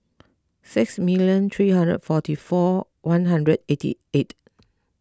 six million three hundred forty four one hundred eighty eight